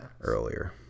Earlier